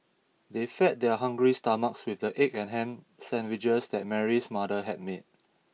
they fed their hungry stomachs with the egg and ham sandwiches that Mary's mother had made